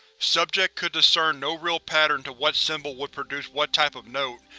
subject could discern no real pattern to what symbol would produce what type of note,